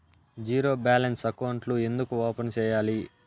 zero balance అకౌంట్లు ఎందుకు open సేయాలి